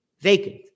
vacant